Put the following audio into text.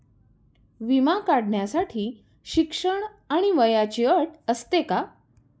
विमा काढण्यासाठी शिक्षण आणि वयाची अट असते का?